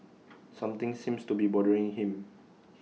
something seems to be bothering him